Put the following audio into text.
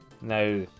now